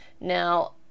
Now